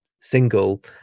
single